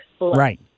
Right